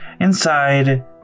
Inside